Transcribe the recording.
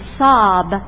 sob